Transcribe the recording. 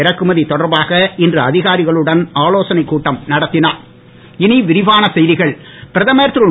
இறக்குமதி தொடர்பாக இன்று அதிகாரிகளுடன் ஆலோசனைக் கூட்டம் நடத்தினார் பிரதமர் திரு